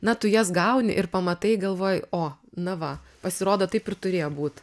na tu jas gauni ir pamatai galvoj o na va pasirodo taip ir turėjo būt